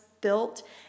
built